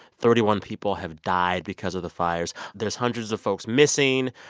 thirty one people have died because of the fires. there's hundreds of folks missing.